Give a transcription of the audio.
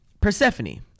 Persephone